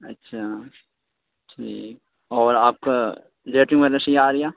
اچھا ٹھیک اور آپ کا لیٹرین وغیرہ صحیح آ رھیا